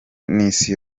n’isi